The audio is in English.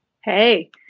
Hey